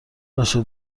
باشه